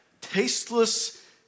tasteless